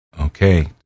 okay